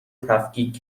تفکیک